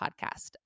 podcast